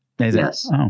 Yes